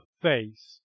face